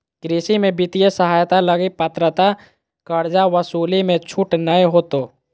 कृषि में वित्तीय सहायता लगी पात्रता कर्जा वसूली मे छूट नय होतो